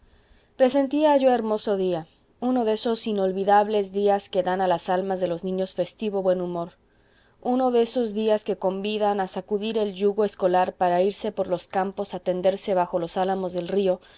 presentía yo hermoso día uno de esos inolvidables días que dan a las almas de los niños festivo buen humor uno de esos días que convidan a sacudir el yugo escolar para irse por los campos a tenderse bajo los álamos del río